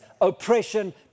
oppression